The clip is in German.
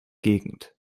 gegend